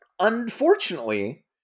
Unfortunately